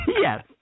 Yes